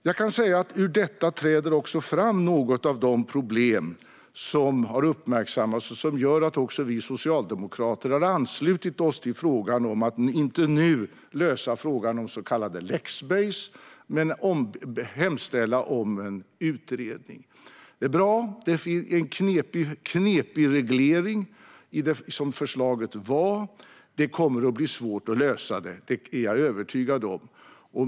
Ur detta framträder också några av de problem som har uppmärksammats och som gör att också vi socialdemokrater har anslutit oss till ståndpunkten att vi inte nu ska lösa frågan om Lexbase och liknande men i stället hemställa om en utredning av frågan. Det är bra. Det är en knepig reglering som förslaget var. Det kommer att vara svårt att lösa detta; det är jag övertygad om.